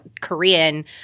Korean